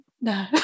No